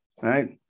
right